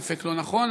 ספק לא נכון,